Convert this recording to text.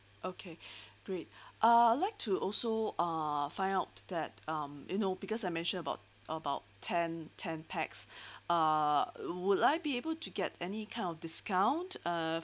okay great uh I like to also uh find out that um you know because I mentioned about about ten ten pax uh will I be able to get any kind of discount uh